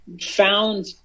found –